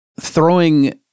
throwing